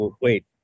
wait